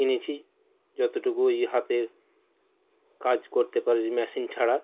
কিনেছি যতটুকু এই হাতের কাজ করতে পারে মেশিন ছাড়া